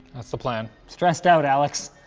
that's the plan. stressed out, alex.